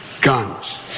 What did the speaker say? Guns